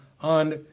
on